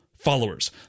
followers